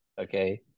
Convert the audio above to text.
okay